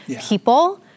people